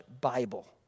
Bible